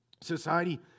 society